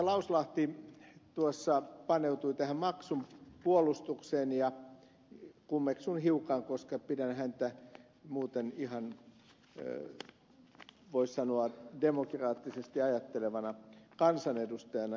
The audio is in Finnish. lauslahti tuossa paneutui tähän maksun puolustukseen ja kummeksun hiukan koska pidän häntä muuten ihan voisi sanoa demokraattisesti ajattelevana kansanedustajana